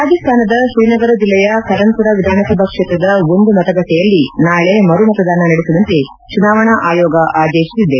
ರಾಜಸ್ತಾನದ ಶ್ರೀನಗರ ಜಿಲ್ಲೆಯ ಕರನ್ಪುರ ವಿಧಾನಸಭಾ ಕ್ಷೇತ್ರದ ಒಂದು ಮತಗಟ್ಟೆಯಲ್ಲಿ ನಾಳಿ ಮರುಮತದಾನ ನಡೆಸುವಂತೆ ಚುನಾವಣಾ ಆಯೋಗ ಆದೇಶಿಸಿದೆ